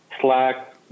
Slack